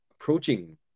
approaching